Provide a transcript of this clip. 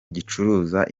gicuruza